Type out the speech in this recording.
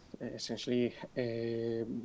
essentially